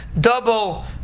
double